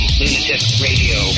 lunaticradio